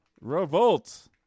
Revolt